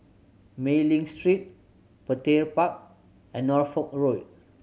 Mei Ling Street Petir Park and Norfolk Road